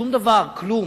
שום דבר, כלום.